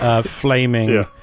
flaming